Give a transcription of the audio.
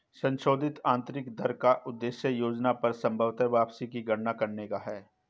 संशोधित आंतरिक दर का उद्देश्य योजना पर संभवत वापसी की गणना करने का है